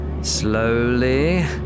slowly